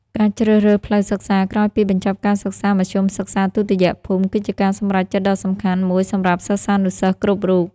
ការជ្រើសរើសផ្លូវសិក្សាក្រោយពីបញ្ចប់ការសិក្សាមធ្យមសិក្សាទុតិយភូមិ គឺជាការសម្រេចចិត្តដ៏សំខាន់មួយសម្រាប់សិស្សានុសិស្សគ្រប់រូប។